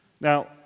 Now